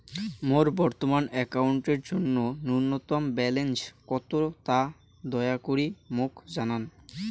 মোর বর্তমান অ্যাকাউন্টের জন্য ন্যূনতম ব্যালেন্স কত তা দয়া করি মোক জানান